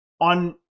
on